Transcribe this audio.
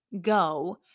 go